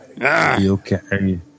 okay